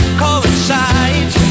coincide